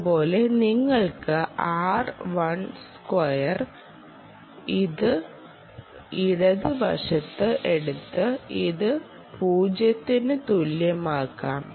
അതുപോലെ നിങ്ങൾക്ക് ഇത് ഇടത് വശത്ത് എടുത്ത് ഇത് 0 ന് തുല്യമാക്കാം